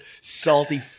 salty